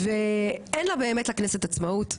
ואין לה באמת לכנסת עצמאות,